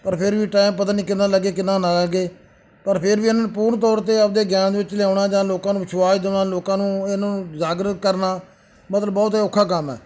ਪਰ ਫਿਰ ਵੀ ਟਾਈਮ ਪਤਾ ਨਹੀਂ ਕਿੰਨਾ ਲੱਗੇ ਕਿੰਨਾ ਨਾ ਅੱਗੇ ਪਰ ਫਿਰ ਵੀ ਇਹਨਾਂ ਨੂੰ ਪੂਰਨ ਤੌਰ 'ਤੇ ਆਪਣੇ ਗਿਆਨ ਦੇ ਵਿੱਚ ਲਿਆਉਣਾ ਜਾਂ ਲੋਕਾਂ ਨੂੰ ਵਿਸ਼ਵਾਸ ਦੇਣਾ ਲੋਕਾਂ ਨੂੰ ਇਹਨੂੰ ਜਾਗਰੂਕ ਕਰਨਾ ਮਤਲਬ ਬਹੁਤ ਔਖਾ ਕੰਮ ਹੈ